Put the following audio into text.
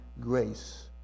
grace